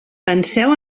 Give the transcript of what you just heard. penseu